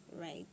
right